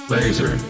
Laser